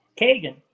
Kagan